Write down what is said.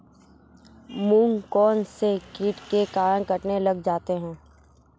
मूंग कौनसे कीट के कारण कटने लग जाते हैं?